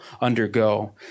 undergo